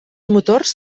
motors